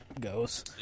goes